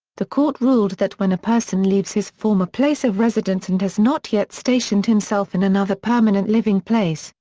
the court ruled that when a person leaves his former place of residence and has not yet stationed himself in another permanent living place,